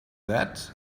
that